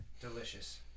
delicious